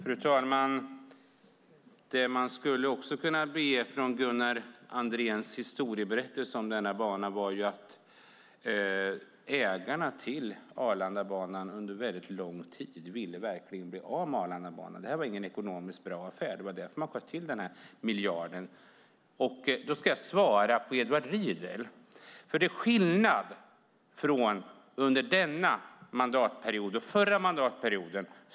Fru talman! Det som man skulle kunna lägga till i Gunnar Andréns historieberättelse om denna bana är att ägarna till Arlandabanan under lång tid verkligen ville bli av med den. Detta var ingen ekonomiskt bra affär. Det var därför som man sköt till denna miljard. Jag ska svara på Edward Riedls fråga. Det är skillnad mellan denna mandatperiod och den förra mandatperioden.